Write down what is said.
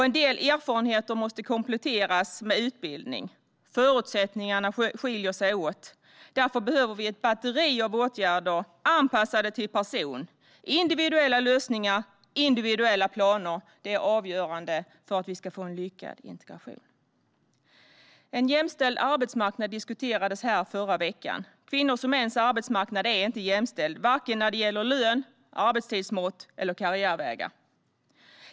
En del erfarenheter måste kompletteras med utbildning. Förutsättningarna skiljer sig åt, och därför behöver vi ett batteri av åtgärder som är anpassade till personen. Individuella lösningar och individuella planer är avgörande för att vi ska få en lyckad integration. En jämställd arbetsmarknad diskuterades här i förra veckan. Kvinnors och mäns arbetsmarknad är inte jämställd, vare sig när det gäller lön, arbetstidsmått eller karriärvägar.